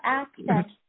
access